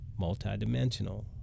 multidimensional